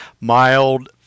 mild